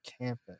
campus